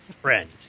friend